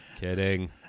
Kidding